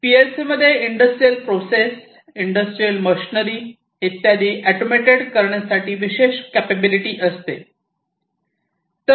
PLC मध्ये industrial process industrial machinery इत्यादी automated करण्यासाठी विशेष कॅपाबिलिटी असते